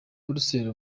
buruseli